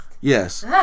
Yes